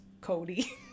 Cody